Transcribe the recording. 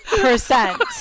percent